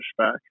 pushback